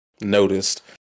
noticed